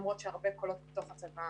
למרות שהרבה קולות שמגיעים אלינו מתוך הצבא